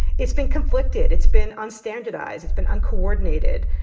it's been conflicted. it's been unstandardized. it's been uncoordinated.